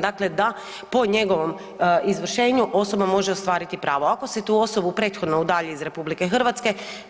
Dakle, da po njegovom izvršenju osoba može ostvariti pravo, ako se tu osobu prethodno udalji iz RH,